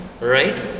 right